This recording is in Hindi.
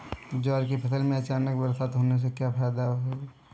ज्वार की फसल में अचानक बरसात होने से क्या फायदा हो सकता है?